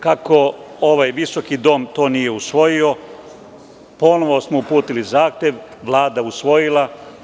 Kako ovaj visoki dom to nije usvojio, ponovo smo uputili zahtev, koji je Vlada usvojila.